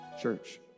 church